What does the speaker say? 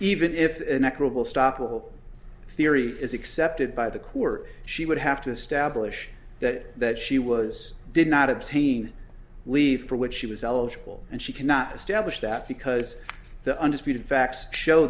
even if an equitable stoppable theory is accepted by the court she would have to establish that that she was did not obtain leave for which she was eligible and she cannot establish that because the undisputed facts show